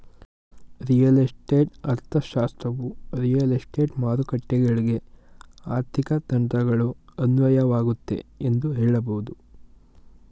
real estate ಅರ್ಥಶಾಸ್ತ್ರವು real estate ಮಾರುಕಟ್ಟೆಗಳ್ಗೆ ಆರ್ಥಿಕ ತಂತ್ರಗಳು ಅನ್ವಯವಾಗುತ್ತೆ ಎಂದು ಹೇಳಬಹುದು